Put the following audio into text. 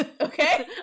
okay